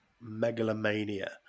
megalomania